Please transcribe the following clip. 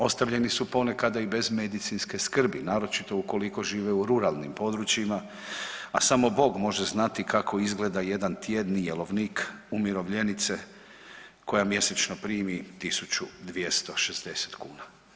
Ostavljeni su ponekad i bez medicinske skrbi, naročito ukoliko žive u ruralnim područjima, a samo Bog može znati kako izgleda jedan tjedni jelovnik umirovljenice koja mjesečno primi 1.260 kuna.